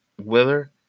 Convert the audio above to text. Willer